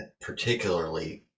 particularly